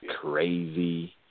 crazy